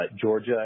Georgia